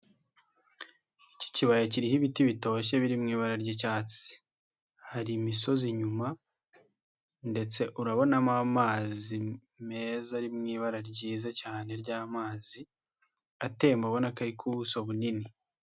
Iki kibaya kiriho ibiti bitoshye biri mu ibara ry'icyatsi. Hari imisozi inyuma ndetse urabonamo amazi meza ari mu ibara ryiza cyane ryamazi, atemba ubona ko ari ku buso bunini.